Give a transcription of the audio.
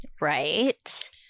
right